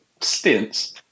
stints